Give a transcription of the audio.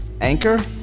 Anchor